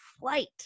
flight